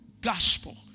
gospel